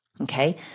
Okay